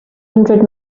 hundred